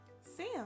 Sam